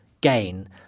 gain